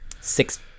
six